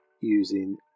using